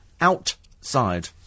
outside